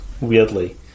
weirdly